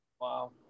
Wow